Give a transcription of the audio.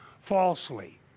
falsely